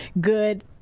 good